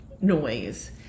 noise